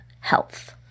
Health